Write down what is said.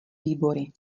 výbory